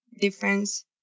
difference